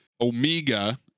Omega